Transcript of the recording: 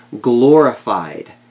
glorified